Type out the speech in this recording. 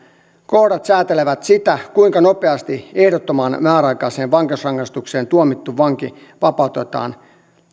kohdat säätelevät sitä kuinka nopeasti ehdottomaan määräaikaiseen vankeusrangaistukseen tuomittu vanki vapautetaan